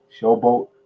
showboat